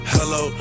Hello